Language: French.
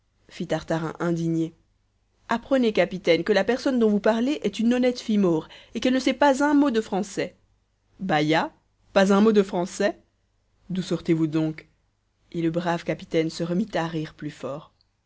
tartarin indigné apprenez capitaine que la personne dont vous parlez est une honnête fille maure et qu'elle ne sait pas un mot de français baïa pas un mot de français d'où sortez-vous donc et le brave capitaine se remit à rire plus fort